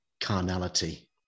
carnality